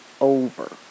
over